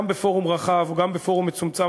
גם בפורום רחב וגם בפורום מצומצם,